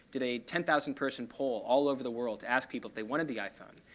did a ten thousand person poll all over the world to ask people if they wanted the iphone,